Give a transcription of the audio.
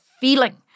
feeling